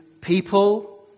people